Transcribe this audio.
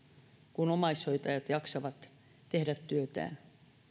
kun omaishoitajat jaksavat tehdä työtään